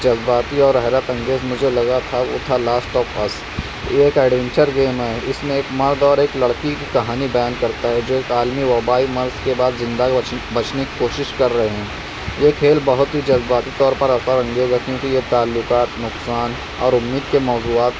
جذباتی اور حیرت انگیز مجھے لگا تھا وہ تھا لاسٹ آف اس یہ ایک ایڈوینچر گیم ہے اس میں ایک مرد اور ایک لڑکی کی کہانی بیان کرتا ہے جو ایک عالمی وبائی مرض کے بعد زندہ بچ بچنے کی کوشش کر رہے ہیں یہ کھیل بہت ہی جذباتی طور پر اثر انگیز ہے کیونکہ یہ تعلقات نقصان اور امید کے موضوعات